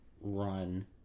run